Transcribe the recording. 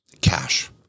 cash